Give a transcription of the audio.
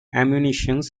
ammunition